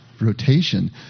rotation